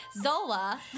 Zola